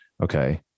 okay